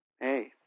hey